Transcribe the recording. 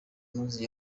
moore